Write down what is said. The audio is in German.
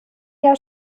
jahr